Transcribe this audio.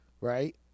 right